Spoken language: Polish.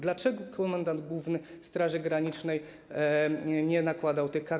Dlaczego komendant główny Straży Granicznej nie nakładał tych kar?